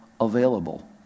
available